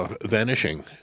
Vanishing